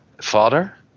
father